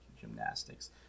gymnastics